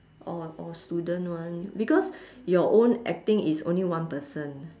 or or student one because your own acting is only one person